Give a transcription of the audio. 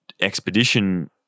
expedition